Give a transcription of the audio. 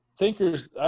thinkers